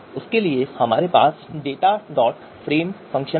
उसके लिए हमारे पास यह dataframe फंक्शन है